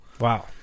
Wow